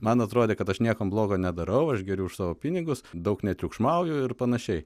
man atrodė kad aš niekam blogo nedarau aš geriu už savo pinigus daug netriukšmauju ir panašiai